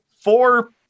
four